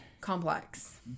complex